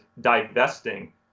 divesting